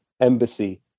embassy